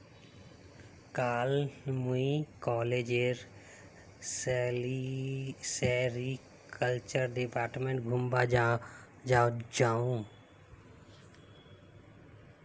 कल मुई कॉलेजेर सेरीकल्चर डिपार्टमेंट घूमवा जामु